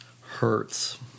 hurts